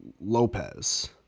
Lopez